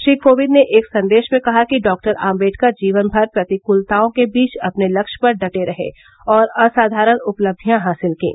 श्री कोविंद ने एक संदेश में कहा कि डॉक्टर आम्बेडकर जीवन भर प्रतिकूलताओं के बीच अपने लक्ष्य पर डटे रहे और असाधारण उपलधियां हासिल कीं